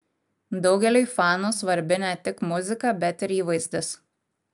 daugeliui fanų svarbi ne tik muzika bet ir įvaizdis